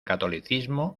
catolicismo